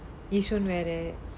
yishun வேற:vera